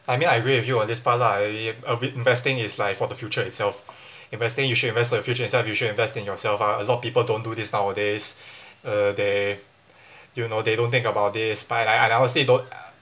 I mean I agree with you on this part lah I of it investing is like for the future itself investing you should invest for the future itself you should invest in yourself ah lot of people don't do this nowadays uh they you know they don't think about this but I never say don't uh